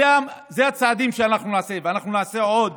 אלה הצעדים שאנחנו נעשה, ואנחנו נעשה עוד